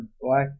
black